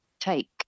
take